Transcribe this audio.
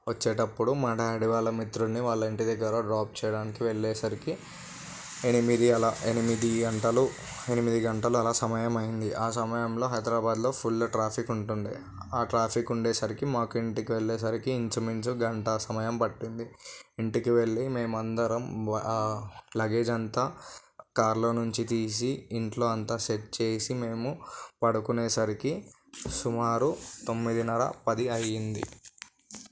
వచ్చేటప్పుడు మా డాడీ వాళ్ళ మిత్రుని వాళ్ళ ఇంటి దగ్గర డ్రాప్ చేయడానికి వెళ్ళేసరికి ఎనిమిది అలా ఎనిమిది గంటలు ఎనిమిది గంటలు అలా సమయం అయింది ఆ సమయంలో హైదరాబాద్లో ఫుల్ ట్రాఫిక్ ఉంటుంది ఆ ట్రాఫిక్ ఉండేసరికి మాకు ఇంటికి వెళ్ళేసరికి ఇంచుమించు గంట సమయం పట్టింది ఇంటికి వెళ్ళి మేము అందరం ఆ లగేజ్ అంతా కారులో నుంచి తీసి ఇంట్లో అంతా సెట్ చేసి మేము పడుకునేసరికి సుమారు తొమ్మిదిన్నర పది అయింది